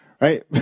right